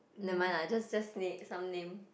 never mind lah just just name some name